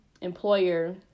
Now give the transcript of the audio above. employer